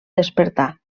despertar